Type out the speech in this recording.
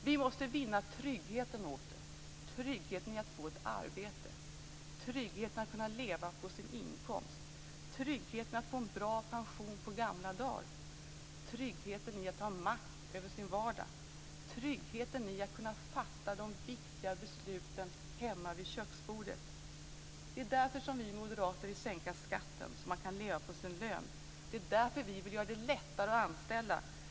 Vi måste vinna tryggheten åter - tryggheten i att få ett arbete, tryggheten i att kunna leva på sin inkomst, tryggheten i att få en bra pension på gamla dagar, tryggheten i att ha makt över sin vardag och tryggheten i att kunna fatta de viktiga besluten hemma vid köksbordet. Det är därför som vi moderater vill sänka skatten så att man kan leva på sin lön. Det är därför som vi vill göra det lättare att anställa.